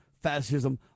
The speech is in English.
fascism